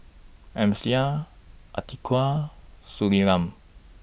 Amsyar Atiqah Surinam